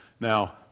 Now